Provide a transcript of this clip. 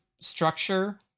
structure